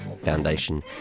foundation